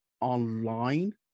online